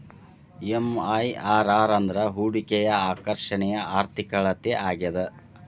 MIRR ಅಂದ್ರ ಹೂಡಿಕೆಯ ಆಕರ್ಷಣೆಯ ಆರ್ಥಿಕ ಅಳತೆ ಆಗ್ಯಾದ